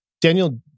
Daniel